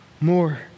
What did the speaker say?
more